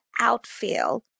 Outfield